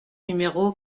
numéro